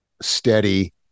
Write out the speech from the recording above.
steady